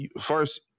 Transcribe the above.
first